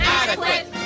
adequate